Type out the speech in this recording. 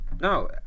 No